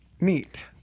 neat